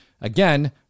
Again